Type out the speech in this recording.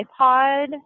iPod